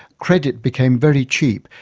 credit became very cheap,